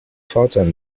发展